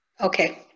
okay